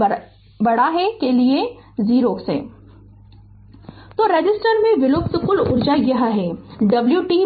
Refer Slide Time 2939 तो 1 resistor में विलुप्त कुल ऊर्जा यह है w t